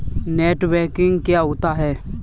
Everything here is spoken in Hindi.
नेट बैंकिंग क्या होता है?